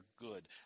good